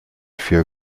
für